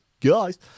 guys